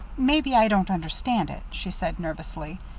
maybe i don't understand it. she said nervously.